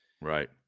right